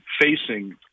facing